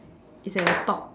it's at the top